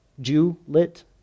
Jew-lit